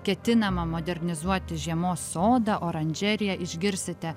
ketinama modernizuoti žiemos sodą oranžeriją išgirsite